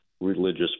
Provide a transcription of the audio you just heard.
religious